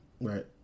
Right